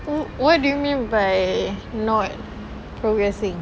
w~ what do you mean by not progressing